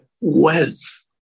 wealth